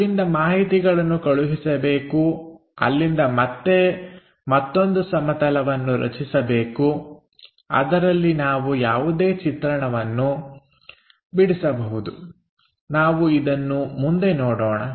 ಅಲ್ಲಿಂದ ಮಾಹಿತಿಗಳನ್ನು ಕಳುಹಿಸಬೇಕು ಅಲ್ಲಿಂದ ಮತ್ತೆ ಮತ್ತೊಂದು ಸಮತಲವನ್ನು ರಚಿಸಬೇಕು ಅದರಲ್ಲಿ ನಾವು ಯಾವುದೇ ಚಿತ್ರವನ್ನು ಬಿಡಿಸಬಹುದು ನಾವು ಇದನ್ನು ಮುಂದೆ ನೋಡೋಣ